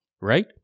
right